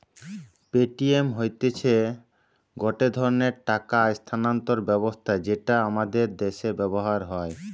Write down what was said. Paytm হতিছে গটে ধরণের টাকা স্থানান্তর ব্যবস্থা যেটা আমাদের দ্যাশে ব্যবহার হয়